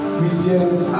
Christians